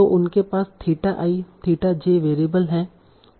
तो उनके पास theta i theta j variable है